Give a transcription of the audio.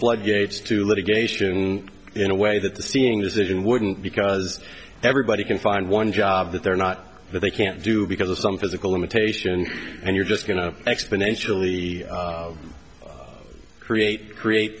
floodgates to litigation in a way that the seeing decision wouldn't because everybody can find one job that they're not but they can't do because of some physical limitation and you're just going to exponentially create create